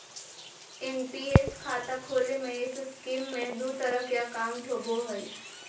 NPS खाता खोले में इस स्कीम में दू तरह के अकाउंट होबो हइ